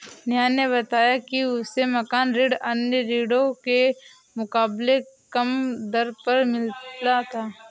नेहा ने बताया कि उसे मकान ऋण अन्य ऋणों के मुकाबले कम दर पर मिला था